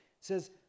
says